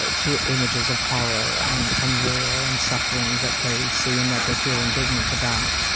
ah to images of horror and and war and suffering that they see and that they feel indignant about.